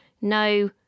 no